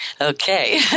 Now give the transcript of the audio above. Okay